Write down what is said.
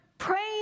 Praying